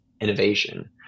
innovation